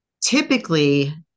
typically